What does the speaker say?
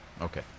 Okay